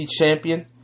champion